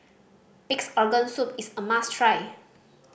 Pig's Organ Soup is a must try